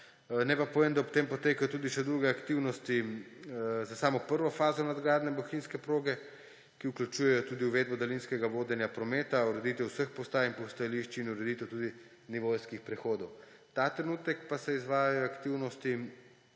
Naj pa povem, da ob tem potekajo tudi še druge aktivnosti za samo prvo fazo nadgradnje bohinjske proge, ki vključuje tudi uvedbo daljinskega vodenja prometa, ureditev vseh postaj in postajališč in ureditev tudi nivojskih prehodov. Ta trenutek pa se izvajajo aktivnosti